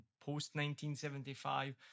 post-1975